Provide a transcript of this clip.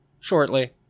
shortly